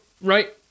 Right